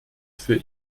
für